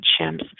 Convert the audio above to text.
chimps